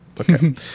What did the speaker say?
Okay